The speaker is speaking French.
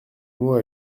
mot